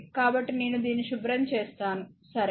కాబట్టి నేను దీన్ని శుభ్రం చేద్దాం సరే